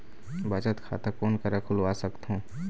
बचत खाता कोन करा खुलवा सकथौं?